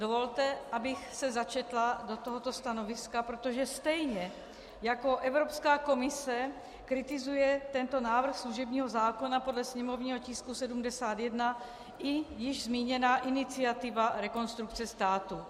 Dovolte, abych se začetla do tohoto stanoviska, protože stejně jako Evropská komise kritizuje tento návrh služebního zákona podle sněmovního tisku 71 i již zmíněná iniciativa Rekonstrukce státu.